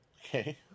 Okay